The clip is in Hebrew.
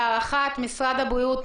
להערכת משרד הבריאות,